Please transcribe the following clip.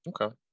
Okay